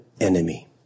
enemy